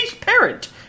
parent